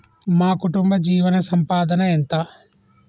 మా కుటుంబ జీవన సంపాదన ఎంత?